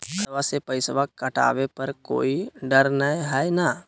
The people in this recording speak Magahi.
खतबा से पैसबा कटाबे पर कोइ डर नय हय ना?